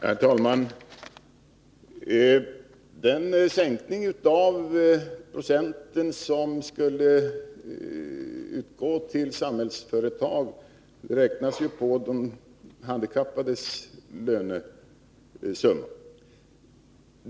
Herr talman! Den sänkning av procentsatsen för det bidrag som skulle utgå till Samhällsföretag räknas ju på de handikappades lönesumma.